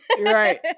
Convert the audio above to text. right